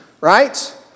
right